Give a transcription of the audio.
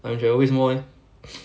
time travel 为什么 leh